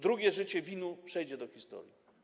Drugie życie VIN-u przejdzie do historii.